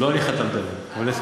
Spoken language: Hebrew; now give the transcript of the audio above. בסדר, לא אני חתמתי עליו.